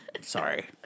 sorry